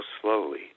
slowly